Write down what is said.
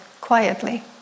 quietly